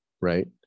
right